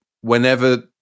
whenever